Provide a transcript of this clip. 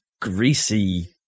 greasy